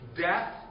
death